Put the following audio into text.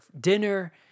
dinner